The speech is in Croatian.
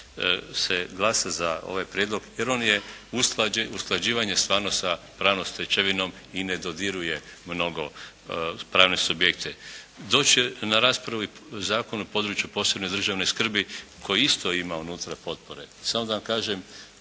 se glasa ovaj prijedlog, jer on je usklađen stvarno sa pravnom stečevinom i ne dodiruje mnogo pravne subjekte. Doći će na raspravu i Zakon o području posebne državne skrbi koji isto ima unutra potpore. Samo da vam kažem,